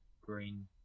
Green